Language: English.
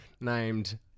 named